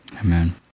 Amen